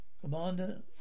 Commander